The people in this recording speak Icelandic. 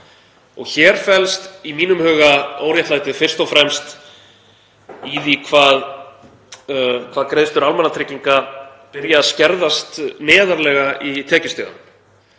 Hér felst í mínum huga óréttlætið fyrst og fremst í því hvað greiðslur almannatrygginga byrja að skerðast neðarlega í tekjustiganum.